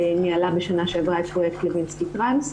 ניהלה בשנה שעברה את פרויקט --- וטרנס.